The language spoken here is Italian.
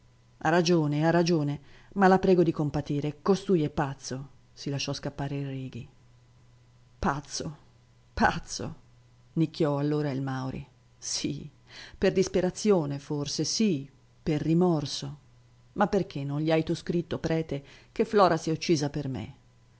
ha ragione ha ragione ma la prego di compatire costui è pazzo si lasciò scappare il righi pazzo pazzo nicchiò allora il mauri sì per disperazione forse sì per rimorso ma perché non gli hai tu scritto prete che flora s'è uccisa per me